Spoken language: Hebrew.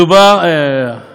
מדובר, למה?